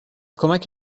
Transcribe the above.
کمک